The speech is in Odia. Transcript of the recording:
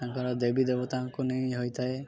ତାଙ୍କର ଦେବୀ ଦେବତାଙ୍କୁ ନେଇ ହୋଇଥାଏ